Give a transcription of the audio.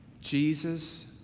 Jesus